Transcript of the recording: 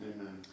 Amen